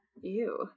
Ew